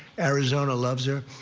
arizona loves her.